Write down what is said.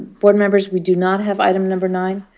board members, we do not have item number nine,